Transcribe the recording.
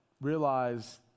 realize